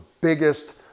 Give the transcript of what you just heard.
biggest